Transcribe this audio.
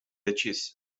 decis